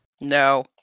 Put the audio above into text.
No